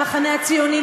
המחנה הציוני,